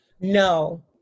No